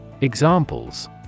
Examples